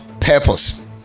purpose